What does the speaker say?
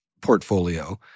portfolio